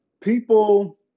people